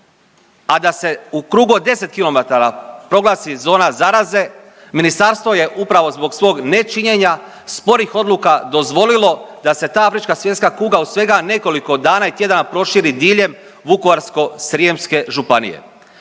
a da se u krugu od 10 kilometara proglasi zona zaraze ministarstvo je upravo zbog svog nečinjenja, sporih odluka dozvolilo da se ta afrička svinjska kuga u svega nekoliko dana i tjedana prošili diljem Vukovarsko-srijemske županije.